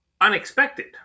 unexpected